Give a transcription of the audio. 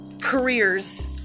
careers